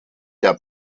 der